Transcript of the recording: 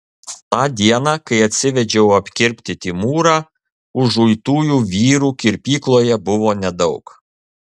tą dieną kai atsivedžiau apkirpti timūrą užuitųjų vyrų kirpykloje buvo nedaug